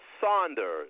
Saunders